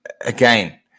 again